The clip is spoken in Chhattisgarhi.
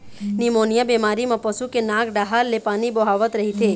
निमोनिया बेमारी म पशु के नाक डाहर ले पानी बोहावत रहिथे